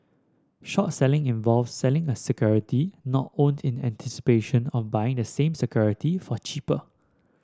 short selling involves selling a security not owned in anticipation of buying the same security for cheaper